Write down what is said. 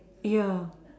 ya